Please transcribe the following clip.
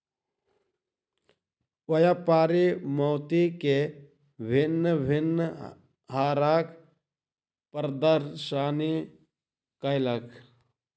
व्यापारी मोती के भिन्न भिन्न हारक प्रदर्शनी कयलक